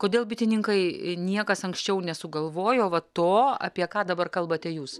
kodėl bitininkai niekas anksčiau nesugalvojo vat to apie ką dabar kalbate jūs